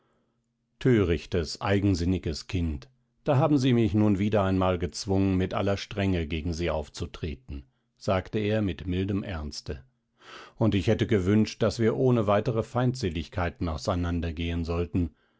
thörichtes eigensinniges kind da haben sie mich nun wieder einmal gezwungen mit aller strenge gegen sie aufzutreten sagte er mit mildem ernste und ich hätte gewünscht daß wir ohne weitere feindseligkeiten auseinandergehen sollten